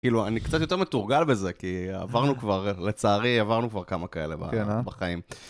כאילו, אני קצת יותר מתורגל בזה, כי עברנו כבר, לצערי עברנו כבר כמה כאלה בחיים.